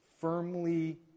firmly